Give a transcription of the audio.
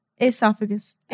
esophagus